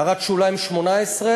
הערת שוליים 18,